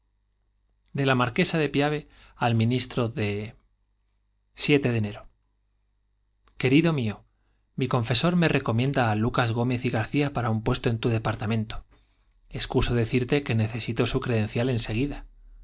de la marquesa de piave al ministro de de querido mío mi confesor me recomienda á lucas gómez y garcia para un puesto en tu departa mentó excuso decirte que necesito su credencial en